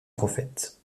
prophète